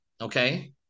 Okay